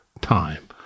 time